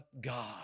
God